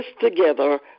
together